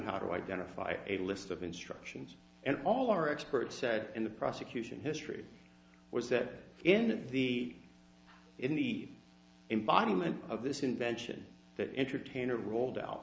how to identify a list of instructions and all our experts said in the prosecution history was that in the in the environment of this invention that entertainer rolled out